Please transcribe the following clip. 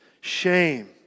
shame